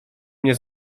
mnie